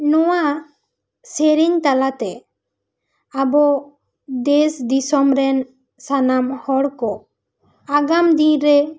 ᱱᱚᱣᱟ ᱥᱮᱨᱮᱧ ᱛᱟᱞᱟ ᱛᱮ ᱟᱵᱚ ᱫᱮᱥ ᱫᱤᱥᱚᱢ ᱨᱮᱱ ᱥᱟᱱᱟᱢ ᱦᱚᱲ ᱠᱚ ᱟᱜᱟᱢ ᱫᱤᱱ ᱨᱮ